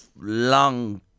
long